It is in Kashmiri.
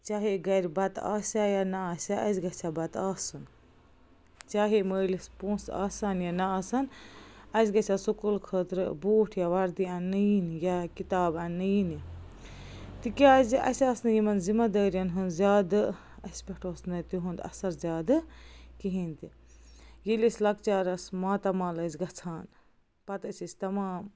چاہے گَرِ بَتہٕ آسیٛا یا نَہ آسیٛا اَسہِ گَژھِ ہا بَتہٕ آسُن چاہے مٲلِس پونٛسہٕ آسہٕ ہَن یا نَہ آسن اَسہِ گَژھِ ہا سَکوٗلہٕ خٲطرٕ بوٗٹھ یا وردی اَنٛنہٕ یِنۍ یا کِتاب انٛنہٕ یِنہِ تِکیٛازِ اَسہِ آس نہِ یِمن ذِمہ دٲرِین ہٕنٛز زیادٕ اَسہِ پٮ۪ٹھ اوس نہٕ تِہُنٛد اَثر زیادٕ کِہیٖنۍ تہِ ییٚلہِ أسۍ لۄکچارس ماتامال أسۍ گَژھان پَتہٕ ٲسی أسۍ تَمام